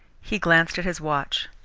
he glanced at his watch.